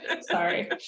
sorry